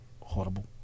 horrible